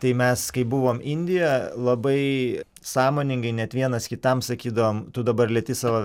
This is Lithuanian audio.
tai mes kai buvom indija labai sąmoningai net vienas kitam sakydavom tu dabar lieti savo